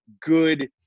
good